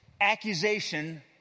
accusation